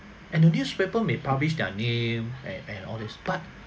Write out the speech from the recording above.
and the newspaper may publish their name and and all this but